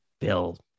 bill